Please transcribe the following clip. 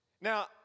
Now